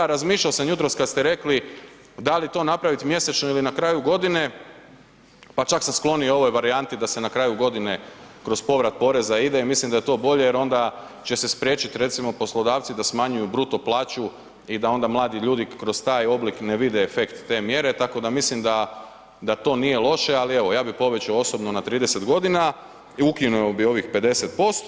Razmišljao sam jutros kada ste rekli da li to napraviti mjesečno ili na kraju godine, pa čak sam skloniji ovoj varijanti da se na kraju godine kroz povrat poreza ide i mislim da je to bolje jer onda će se spriječiti recimo poslodavci da smanjuju bruto plaću i da onda mladi ljudi kroz taj oblik ne vide efekt te mjere, tako da mislim da to nije loše, ali evo ja bih povećao osobno na 30 godina i ukinuo bih ovih 50%